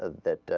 ah that ah.